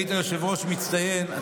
היית יושב-ראש מצטיין,